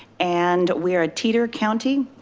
and we're a teeter county.